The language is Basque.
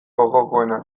gogokoena